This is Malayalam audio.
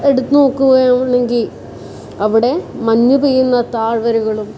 എടുത്ത് നോക്കുകയാണെങ്കിൽ അവിടെ മഞ്ഞ് പെയ്യുന്ന താഴ്വരകളും